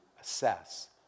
assess